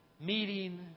meeting